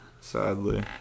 Sadly